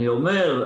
אני אומר,